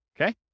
okay